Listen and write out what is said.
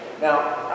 Now